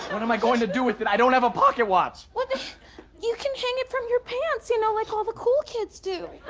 what am i going to do with it i don't have a pocket watch. you can hang it from your pants you know like all the cool kids do.